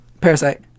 Parasite